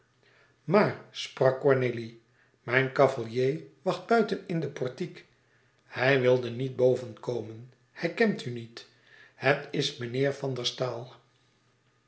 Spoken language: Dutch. sprak cornélie mijn cavalier wacht buiten in den portiek hij wilde niet boven komen hij kent u niet het is meneer van der staal